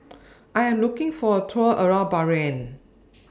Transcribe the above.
I Am looking For A Tour around Bahrain